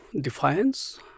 defiance